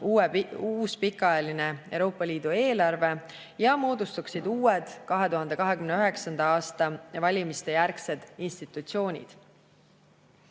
uus pikaajaline Euroopa Liidu eelarve ja moodustuksid uued, 2029. aasta valimiste järgsed institutsioonid.